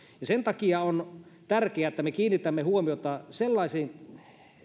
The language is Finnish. sen takia on tärkeää että me kiinnitämme huomiota sellaisiin